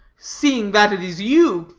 seeing that it is you,